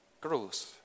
grows